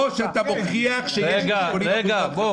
או שאתה מוכיח שקנו את המכשיר אנשים רבים.